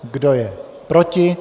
Kdo je proti?